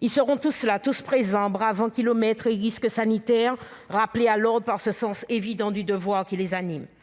Ils seront tous là, tous présents, bravant kilomètres et risques sanitaires, rappelés à l'ordre par ce sens évident du devoir qui les anime.